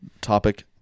topic